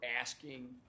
asking